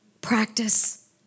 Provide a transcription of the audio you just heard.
Practice